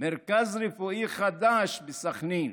מרכז רפואי החדש בסח'נין,